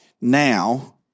now